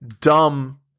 dumb